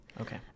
Okay